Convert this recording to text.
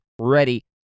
ready